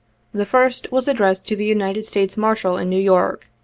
the first was addressed to the united states' marshal in new york.